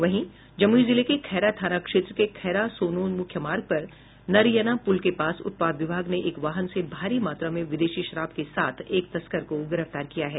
वहीं जमूई जिले के खैरा थाना क्षेत्र के खैरा सोनो मूख्य मार्ग पर नरयना पूल के पास उत्पाद विभाग ने एक वाहन से भारी मात्रा में विदेशी शराब के साथ एक तस्कर को गिरफ्तार किया है